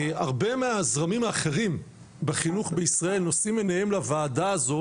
הרבה מהזרמים האחרים בחינוך בישראל נושאים עיניהם לוועדה הזו